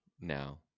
now